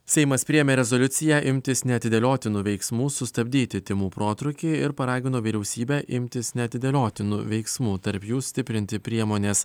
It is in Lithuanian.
seimas priėmė rezoliuciją imtis neatidėliotinų veiksmų sustabdyti tymų protrūkį ir paragino vyriausybę imtis neatidėliotinų veiksmų tarp jų stiprinti priemones